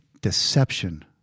deception